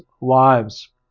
wives